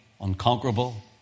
unconquerable